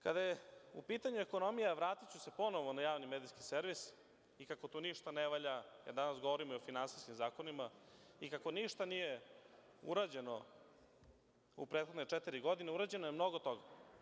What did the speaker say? Kada je u pitanju ekonomija, vratiću se ponovo na javni medijski servis, i kako tu ništa ne valja, kada danas govorimo o finansijskim zakonima, i kako ništa nije urađeno u prethodne četiri godine, urađeno je mnogo toga.